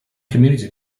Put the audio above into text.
community